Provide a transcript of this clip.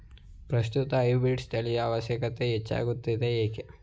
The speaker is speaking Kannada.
ಪ್ರಸ್ತುತ ಹೈಬ್ರೀಡ್ ತಳಿಯ ಅವಶ್ಯಕತೆ ಹೆಚ್ಚಾಗುತ್ತಿದೆ ಏಕೆ?